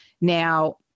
Now